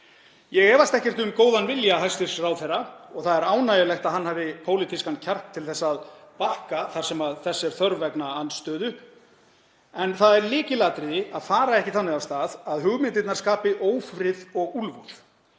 Ég efast ekkert um góðan vilja hæstv. ráðherra og það er ánægjulegt að hann hafi pólitískan kjark til að bakka þar sem þess er þörf vegna andstöðu. En það er lykilatriði að fara ekki þannig af stað að hugmyndirnar skapi ófrið og úlfúð.